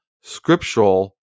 scriptural